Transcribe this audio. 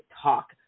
talk